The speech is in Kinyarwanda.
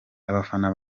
abafana